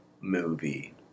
movie